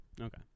Okay